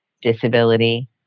disability